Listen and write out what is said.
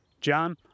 John